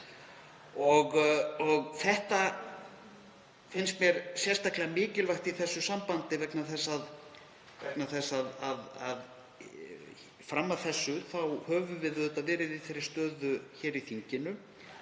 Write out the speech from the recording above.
Þetta finnst mér sérstaklega mikilvægt í því sambandi vegna þess að fram að þessu höfum við verið í þeirri stöðu hér í þinginu